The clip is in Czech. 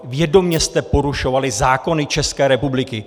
Vědomě jste porušovali zákony České republiky!